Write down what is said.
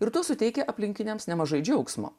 ir to suteikia aplinkiniams nemažai džiaugsmo